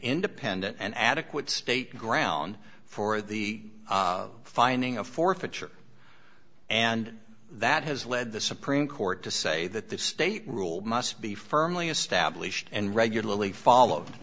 independent and adequate state ground for the finding of forfeiture and that has led the supreme court to say that the state rule must be firmly established and regularly followed